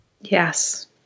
Yes